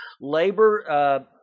Labor